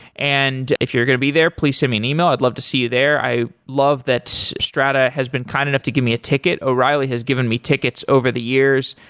and if you're going to be there, please send me an e-mail. i'd love to see you there i love that strata has been kind enough to give me a ticket. o'reilly has given me tickets over the years,